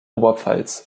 oberpfalz